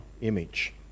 image